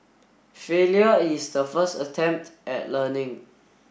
failure is the first attempt at learning